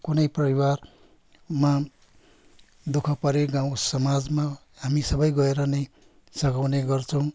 कुनै परिवारमा दु ख परे गाउँ समाजमा हामी सबै गएर नै सघाउने गर्छौँ